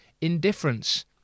indifference